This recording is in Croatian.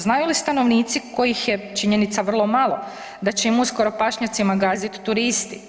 Znaju li stanovnici kojih je, činjenica, vrlo malo, da će im uskoro pašnjacima gaziti turisti?